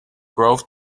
grove